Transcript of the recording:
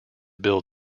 build